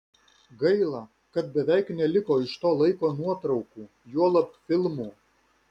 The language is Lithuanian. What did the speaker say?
gaila kad beveik neliko iš to laiko nuotraukų juolab filmų